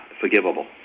forgivable